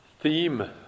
theme